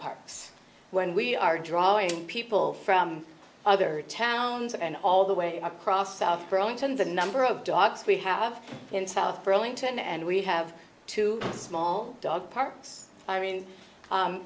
parks when we are drawing people from other towns and all the way across south burlington the number of dogs we have in south burlington and we have two small dog parks i mean